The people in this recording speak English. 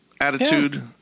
attitude